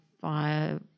via